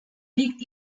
liegt